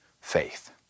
faith